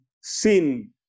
sin